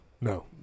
No